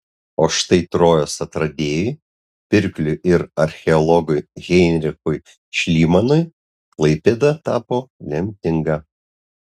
o štai trojos atradėjui pirkliui ir archeologui heinrichui šlymanui klaipėda tapo lemtinga